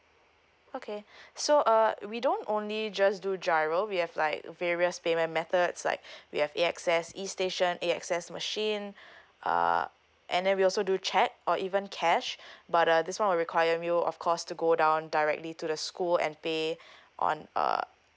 okay so uh we don't only just do G_I_R_O we have like various payment methods like we have A_X_S E station uh A_X_S machine uh and then we also do cheque or even cash but the this one will required you of course to go down directly to the school and pay on uh